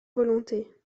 volonté